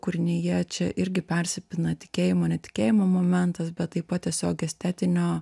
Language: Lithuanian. kūrinyje čia irgi persipina tikėjimo netikėjimo momentas bet taip pat tiesiog estetinio